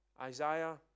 Isaiah